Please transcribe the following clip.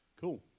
Cool